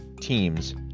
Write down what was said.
teams